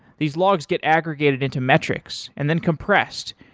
these logs get aggregated into metrics and then compressed,